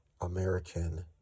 American